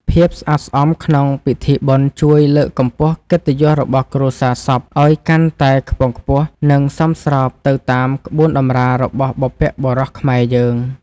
ភាពស្អាតស្អំក្នុងពិធីបុណ្យជួយលើកកម្ពស់កិត្តិយសរបស់គ្រួសារសពឱ្យកាន់តែខ្ពង់ខ្ពស់ និងសមស្របទៅតាមក្បួនតម្រារបស់បុព្វបុរសខ្មែរយើង។